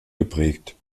geprägt